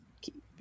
keep